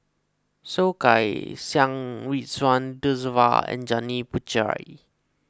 Soh Kay Siang Ridzwan Dzafir and Janil Puthucheary